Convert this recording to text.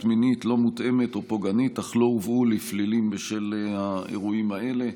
מינית לא מותאמת ופוגענית אך לא הובאו לפלילים בשל האירועים האלה.